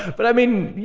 but i mean,